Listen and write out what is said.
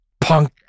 Punk